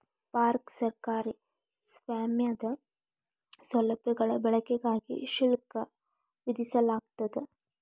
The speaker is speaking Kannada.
ಪಾರ್ಕ್ ಸರ್ಕಾರಿ ಸ್ವಾಮ್ಯದ ಸೌಲಭ್ಯಗಳ ಬಳಕೆಗಾಗಿ ಶುಲ್ಕ ವಿಧಿಸಲಾಗ್ತದ